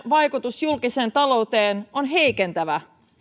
vaikutus julkiseen talouteen on heikentävä